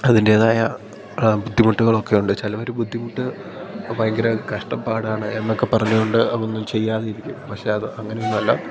അതിൻ്റേതായ ബുദ്ധിമുട്ടുകളൊക്കെ ഉണ്ട് ചിലവർ ബുദ്ധിമുട്ട് ഭയങ്കര കഷ്ടപ്പാടാണ് എന്നൊക്കെ പറഞ്ഞു കൊണ്ട് അതൊന്നും ചെയ്യാതിരിക്കും പക്ഷെ അത് അങ്ങനെ ഒന്നുമല്ല